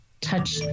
touch